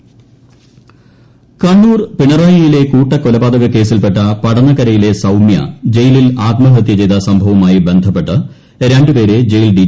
Kannur suspend Kannur പിണറായിലെ കൂട്ടക്കൊലപാതക കേസിൽപ്പെട്ട പടന്നക്കരയിലെ സൌമ്യ ജയിലിൽ ആത്മഹത്യ ചെയ്ത സംഭവവുമായി ബന്ധപ്പെട്ട് രണ്ട് പേരെ ജയിൽ ഡി